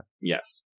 Yes